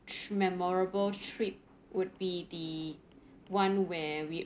tr~ memorable trip would be the one where we